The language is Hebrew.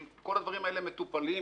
כל הדברים האלה מטופלים?